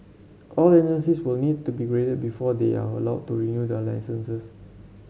all agencies will need to be graded before they are allowed to renew their licences